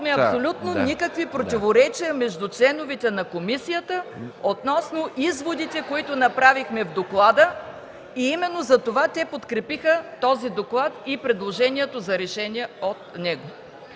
нямахме абсолютно никакви противоречия относно изводите, които направихме в доклада, и именно затова те подкрепиха този доклад и предложението за решение от него.